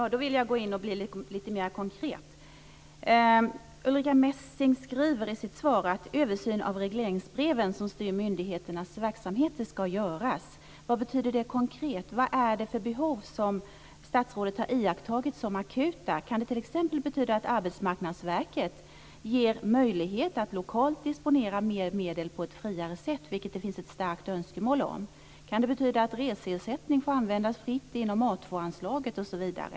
Fru talman! Nu vill jag bli lite konkretare. Ulrica Messing säger i sitt svar att en översyn av regleringsbreven, som styr myndigheternas verksamheter, ska göras. Vad betyder det konkret? Vilka behov har statsrådet iakttagit som akuta? Kan det t.ex. betyda att Arbetsmarknadsverket ger möjligheter att lokalt disponera mer medel på ett friare sätt, vilket det finns ett starkt önskemål om? Kan det betyda att reseersättning får användas fritt inom A2-anslaget osv.?